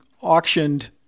auctioned